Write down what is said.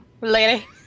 lady